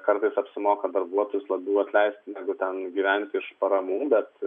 kartais apsimoka darbuotojus labiau atleisti negu ten gyventi iš paramų bet